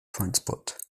transport